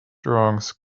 drawings